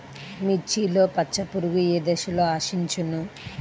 మిర్చిలో పచ్చ పురుగు ఏ దశలో ఆశించును?